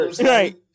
Right